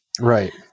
right